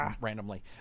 randomly